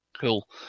cool